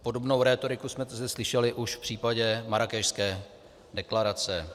Podobnou rétoriku jsme tu slyšeli už v případě Marrákešské deklarace.